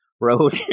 road